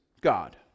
God